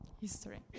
history